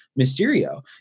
Mysterio